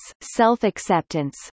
self-acceptance